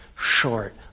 short